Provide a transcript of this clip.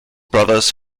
brothers